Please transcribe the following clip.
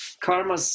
karma